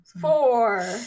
Four